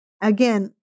Again